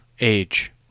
age